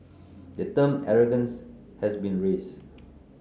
the term 'arrogance' has been raised